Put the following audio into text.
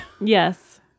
yes